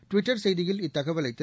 Twitter செய்தியில் இத்தகவலை திரு